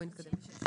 נתקדם.